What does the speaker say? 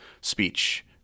speech